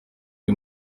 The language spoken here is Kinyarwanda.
iri